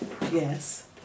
Yes